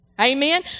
Amen